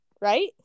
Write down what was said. Right